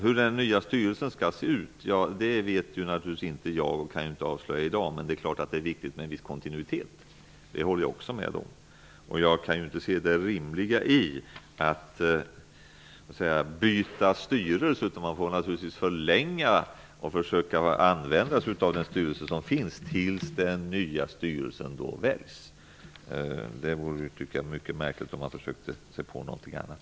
Hur den nya styrelsen skall se ut vet jag naturligtvis inte i dag. Men det är klart att det är viktigt med en viss kontinuitet. Det håller jag med om. Jag kan inte se det rimliga i att byta styrelse, utan man får naturligtvis använda den styrelse som finns tills den nya styrelsen väljs. Det vore mycket märkligt om man försökte sig på någonting annat.